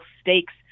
stakes